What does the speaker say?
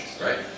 right